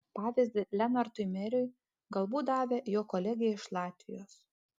pavyzdį lenartui meriui galbūt davė jo kolegė iš latvijos